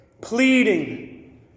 Pleading